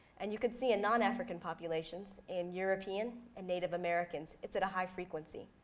and you can see in non-african populations, in europeans and native americans, it's at a high frequency.